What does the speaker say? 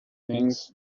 things